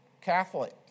Catholic